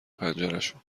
پنجرشون